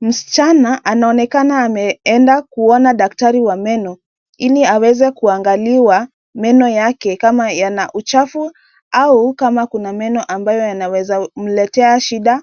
Msichana anaonekana ameenda kuona daktari wa meno ili aweze kuangaliwa meno yake kama yana uchafu au kama kuna ambayo yanaweza kumletea shida